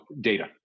data